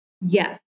Yes